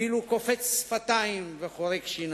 אפילו קופץ שפתיים וחורק שיניים.